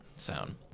sound